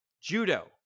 judo